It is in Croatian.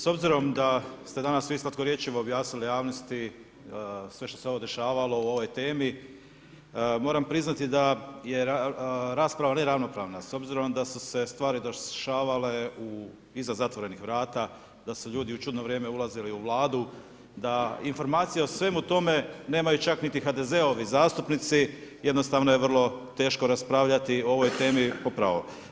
S obzirom da ste danas vi slatkorječivo objasnili javnosti sve što se ovo dešavalo o ovoj temi, moram priznati da je rasprava neravnopravna s obzirom da su se stvari dešavale u iza zatvorenih vrata, da su ljudi u čudno vrijeme ulazili u Vladu, da informacije o svemu tome nemaju čak niti HDZ-ovi zastupnici, jednostavno je vrlo teško raspravljati o ovoj temi po pravo.